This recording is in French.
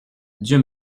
dieu